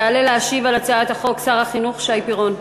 יעלה להשיב על הצעת החוק שר החינוך שי פירון.